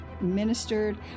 ministered